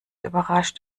überrascht